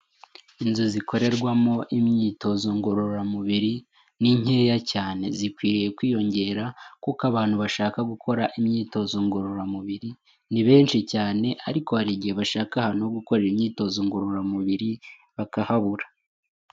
Inzu zikorerwamo imyitozo ngororamubiri ni nkeya cyane. Zikwiriye kwiyongera kuko abantu bashaka gukora imyitozo ngororamubiri ni benshi cyane ariko hari igihe bashaka ahantu hokorera imyitozo ngororamubiri bakahabura.